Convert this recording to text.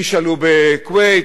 תשאלו בכוויית,